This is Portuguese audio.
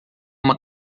uma